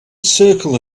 circle